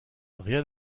rien